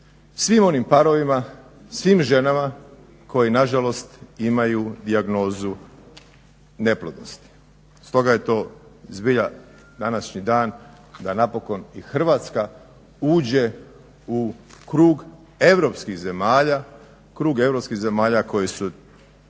svim onim parovima, svim ženama koje nažalost imaju dijagnozu neplodnosti. Stoga je to zbilja današnji dan da napokon i Hrvatska uđe u krug europskih zemalja, krug